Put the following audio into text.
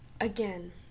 again